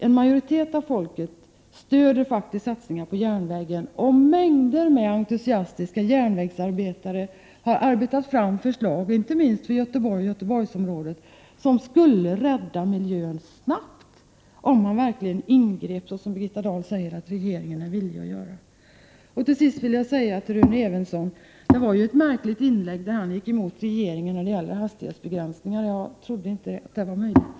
En majoritet av folket stöder faktiskt satsningar på järnvägen, och mängder av entusiastiska järnvägsarbetare har arbetat fram förslag inte minst för Göteborg och Göteborgsområdet som skulle rädda miljön snabbt, om man verkligen ingrep, som Birgitta Dahl säger att regeringen är villig att göra. Till sist vill jag säga till Rune Evensson att det var ett märkligt inlägg han gjorde när han gick emot regeringen när det gäller hastighetsbegränsning. Jag trodde inte att det var möjligt.